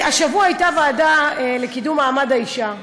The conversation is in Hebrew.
השבוע הייתה ישיבה של הוועדה לקידום מעמד האישה,